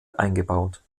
eingebaut